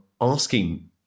asking